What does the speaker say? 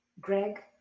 Greg